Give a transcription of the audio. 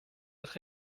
être